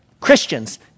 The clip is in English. Christians